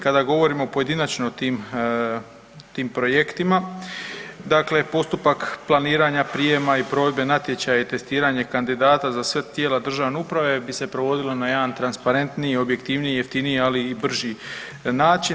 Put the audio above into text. Kada govorimo pojedinačno o tim projektima dakle postupak planiranja prijema i provedbe natječaja i testiranje kandidata za sva tijela državne uprave bi se provodilo na jedan transparentniji, i objektivniji, i jeftiniji ali i brži način.